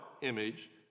image